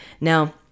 Now